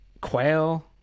Quail